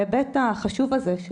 ההיבט החשוב הזה,